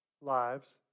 lives